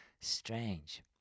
strange